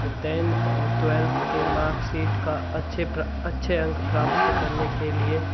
तो टेंथ और ट्वेल्थ के मार्कशीट का अच्छे प्र अच्छे अंक प्राप्त करने के लिए